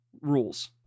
rules